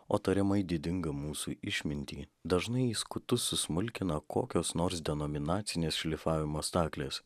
o tariamai didinga mūsų išmintį dažnai į skutus susmulkina kokios nors nominacinės šlifavimo staklės